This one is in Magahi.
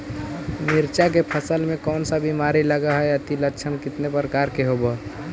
मीरचा के फसल मे कोन सा बीमारी लगहय, अती लक्षण कितने प्रकार के होब?